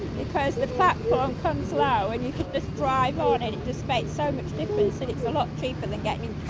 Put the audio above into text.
because the platform comes low and you can just drive on and it just makes so much difference, and it's a lot cheaper than getting